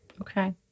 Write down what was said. Okay